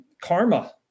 karma